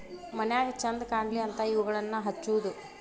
ಮನ್ಯಾಗ ಚಂದ ಕಾನ್ಲಿ ಅಂತಾ ಇವುಗಳನ್ನಾ ಹಚ್ಚುದ